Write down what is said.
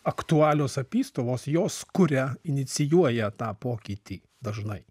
aktualios apystovos jos kuria inicijuoja tą pokytį dažnai